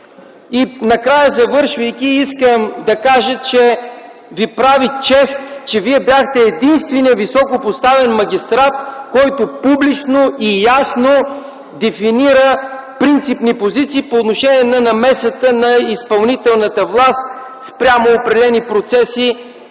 процеси. Завършвайки, искам да кажа, че Ви прави чест, че Вие бяхте единственият високопоставен магистрат, който публично и ясно дефинира принципни позиции по отношение на намесата на изпълнителната власт спрямо определени процеси